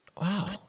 Wow